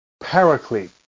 paraclete